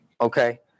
okay